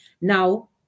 Now